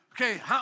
Okay